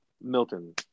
Milton